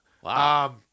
Wow